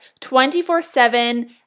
24-7